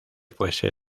fuese